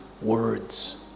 words